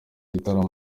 gitaramo